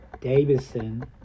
Davidson